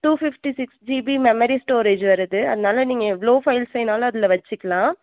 two fifty six GB memory storage வருது அதனால நீங்கள் எவ்வளோ ஃபைல்ஸ் வேணும்னாலும் அதில் வச்சுக்கலாம்